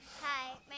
Hi